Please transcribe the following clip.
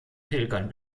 pilgern